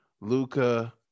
Luca